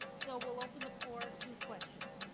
so we'll open the floor to questions